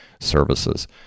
services